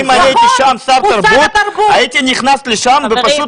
אם אני הייתי שם שר התרבות הייתי נכנס לשם ופשוט